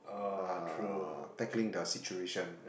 uh tackling the situation